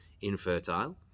infertile